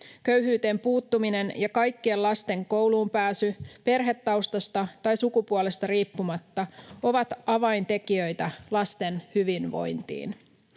Köyhyyteen puuttuminen ja kaikkien lasten kouluunpääsy perhetaustasta tai sukupuolesta riippumatta ovat avaintekijöitä lasten hyvinvointiin.